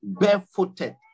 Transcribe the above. barefooted